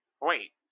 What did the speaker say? wait